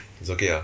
it's okay ah